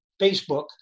Facebook